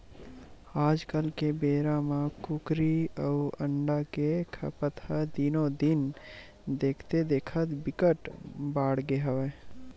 आजकाल के बेरा म कुकरी अउ अंडा के खपत ह दिनो दिन देखथे देखत बिकट बाड़गे हवय